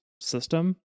system